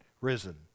risen